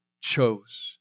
chose